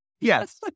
yes